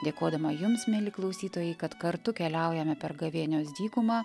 dėkodama jums mieli klausytojai kad kartu keliaujame per gavėnios dykumą